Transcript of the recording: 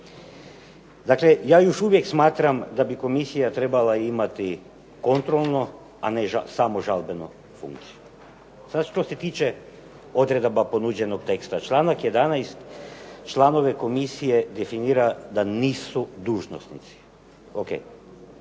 Dakle, ja još uvijek smatram da bi Komisija trebala imati kontrolnu a ne samo žalbenu funkciju. Sada što se tiče odredaba ponuđenog teksta. Članak 11. članove komisije definira da nisu dužnosnici.